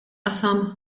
qasam